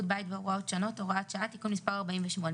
בית והוראות שונות) (הוראת שעה) (תיקון מס' 48),